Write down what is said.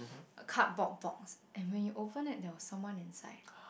cardboard box and when you open it there was someone inside